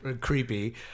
creepy